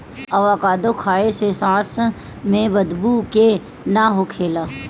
avocado खाए से सांस में बदबू के ना होखेला